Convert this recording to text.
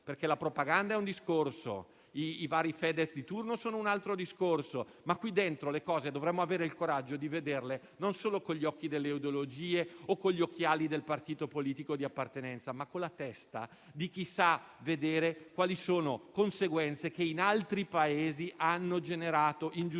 perché la propaganda è un discorso e i vari Fedez di turno sono un altro, ma qui dentro le cose dovremmo avere il coraggio di vederle non solo con gli occhi delle ideologie o con gli occhiali del partito politico di appartenenza, ma con la testa di chi sa vedere quali sono le conseguenze che in altri Paesi hanno generato ingiustizie